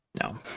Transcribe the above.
No